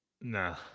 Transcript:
Nah